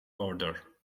order